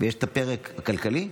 ויש את הפרק הכלכלי,